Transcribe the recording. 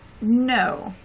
No